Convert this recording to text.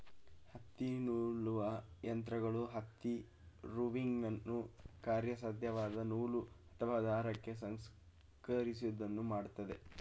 ಹತ್ತಿನೂಲುವ ಯಂತ್ರಗಳು ಹತ್ತಿ ರೋವಿಂಗನ್ನು ಕಾರ್ಯಸಾಧ್ಯವಾದ ನೂಲು ಅಥವಾ ದಾರಕ್ಕೆ ಸಂಸ್ಕರಿಸೋದನ್ನ ಮಾಡ್ತದೆ